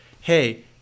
Hey